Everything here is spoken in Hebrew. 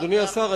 אדוני השר,